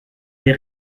des